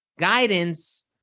guidance